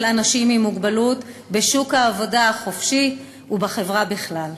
אנשים עם מוגבלות בשוק העבודה החופשי ובחברה בכלל.